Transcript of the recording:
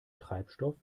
treibstoff